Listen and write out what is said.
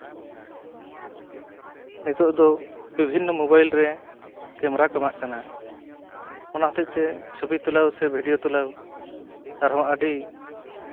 ᱱᱤᱛᱳᱜ ᱫᱚ ᱵᱤᱵᱷᱤᱱᱱᱚ ᱢᱳᱵᱟᱭᱤᱞ ᱨᱮ ᱠᱮᱢᱮᱨᱟ ᱠᱚ ᱮᱢᱟᱜ ᱠᱟᱱᱟ ᱚᱱᱟ ᱦᱚᱛᱮᱫ ᱛᱮ ᱪᱷᱚᱵᱤ ᱛᱩᱞᱟᱹᱣ ᱥᱮ ᱵᱷᱤᱰᱭᱳ ᱛᱩᱞᱟᱹᱣ ᱟᱨᱦᱚᱸ ᱟᱹᱰᱤ